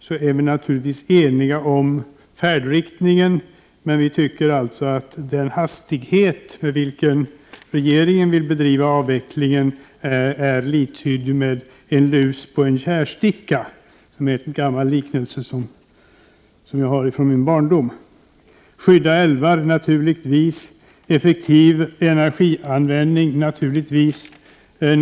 Vi är naturligtvis eniga om färdriktningen, men vi tycker att den hastighet med vilken regeringen vill driva avvecklingen är jämförbar med den hos en lus på en tjärsticka. Det är en gammal liknelse som jag kommer ihåg från min barndom. Skydda älvar — naturligtvis. Effektiv energianvändning — naturligtvis.